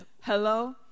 Hello